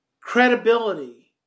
credibility